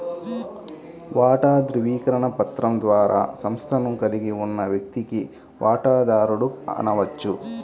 వాటా ధృవీకరణ పత్రం ద్వారా సంస్థను కలిగి ఉన్న వ్యక్తిని వాటాదారుడు అనవచ్చు